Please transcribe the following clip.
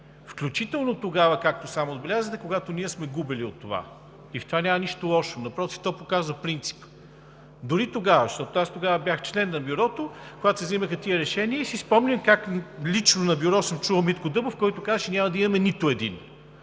включително и тогава, както сам отбелязахте, когато ние сме губели от това и в това няма нищо лошо, напротив, то показва принципа, дори тогава, защото аз бях член на Бюрото. Когато се взимаха тези решения, си спомням как лично на Бюро съм чул Митко Дъбов, който казваше: няма да имаме нито един.